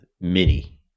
Mini